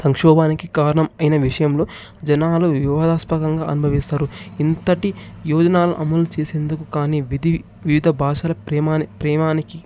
సంక్షోభానికి కారణం అయిన విషయంలో జనాలు వ్యూహస్పదంగా అనుభవిస్తారు ఇంతటి యోజనాలు అమలు చేసేందుకు కాని విధి వివిధ భాషలకు ప్రేమాని ప్రేమకి